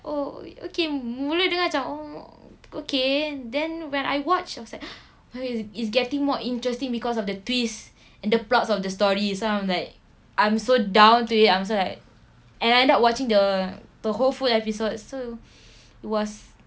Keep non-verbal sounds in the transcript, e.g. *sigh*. oh okay mula dengar macam oh okay then when I watched I was like *breath* okay it's it's getting more interesting because of the twist and the plots of the story so I'm like I'm so down to it I'm so like and I end up watching the the whole full episode so it was